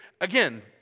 again